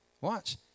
Watch